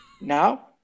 now